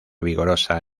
vigorosa